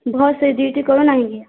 ଭଲସେ ଡ୍ୟୁଟି କରୁନାହଁ କି